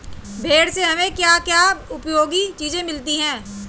भेड़ से हमें क्या क्या उपयोगी चीजें मिलती हैं?